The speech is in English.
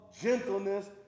gentleness